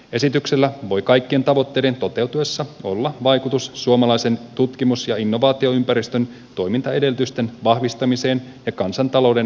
esityksellä voi kaikkien tavoitteiden toteutuessa olla vaikutus suomalaisen tutkimus ja innovaatioympäristön toimintaedellytysten vahvistamiseen ja kansantalouden osaamisperustaiseen kasvuun